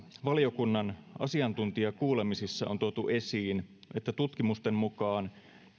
valiokunnan asiantuntijakuulemisissa on tuotu esiin että tutkimusten mukaan